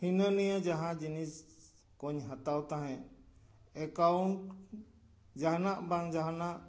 ᱦᱤᱱᱟᱹ ᱱᱤᱭᱟᱹ ᱡᱟᱦᱟᱸ ᱡᱤᱱᱤᱥ ᱠᱚᱧ ᱦᱟᱛᱟᱣ ᱛᱟᱦᱮᱫ ᱮᱠᱟᱣᱩᱱᱴ ᱡᱟᱦᱟᱱᱟᱜ ᱵᱟᱝ ᱡᱟᱦᱟᱱᱟᱝ